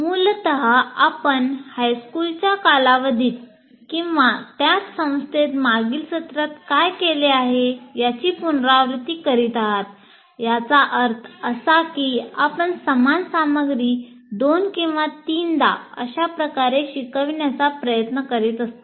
मूलत आपण हायस्कूलच्या कालावधीत किंवा त्याच संस्थेत मागील सत्रात काय केले आहे याची पुनरावृत्ती करीत आहात याचा अर्थ असा की आपण समान सामग्री दोन किंवा तीनदा अशा प्रकारे शिकविण्याचा प्रयत्न करीत असता